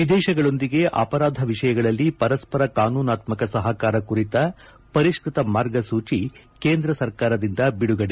ವಿದೇಶಗಳೊಂದಿಗೆ ಅಪರಾಧ ವಿಷಯಗಳಲ್ಲಿ ಪರಸ್ವರ ಕಾನೂನಾತ್ಮಕ ಸಹಕಾರ ಕುರಿತ ಪರಿಷ್ನ್ನ ತ ಮಾರ್ಗಸೂಚಿ ಕೇಂದ್ರ ಸರ್ಕಾರದಿಂದ ಬಿಡುಗಡೆ